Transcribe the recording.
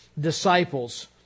disciples